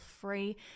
free